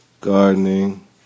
gardening